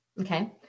Okay